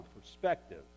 perspective